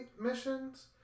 missions